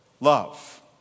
love